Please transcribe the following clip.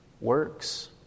Works